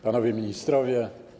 Panowie Ministrowie!